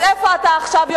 אז איפה אתה עכשיו,